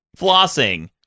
Flossing